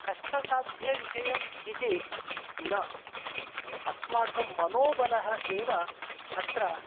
कष्टसाध्यविषयम् इति न अस्माकं मनोबलम् एव अत्र